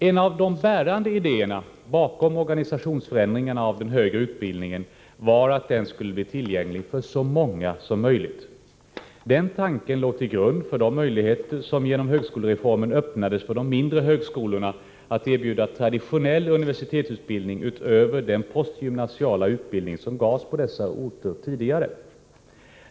En av de bärande idéerna bakom organisationsförändringarna i den högre utbildningen var att den skulle bli tillgänglig för så många som möjligt. Den tanken låg till grund för de möjligheter som genom högskolereformen öppnades för de mindre högskolorna att erbjuda traditionell universitetsutbildning utöver den postgymnasiala utbildning som gavs på dessa orter tidigare.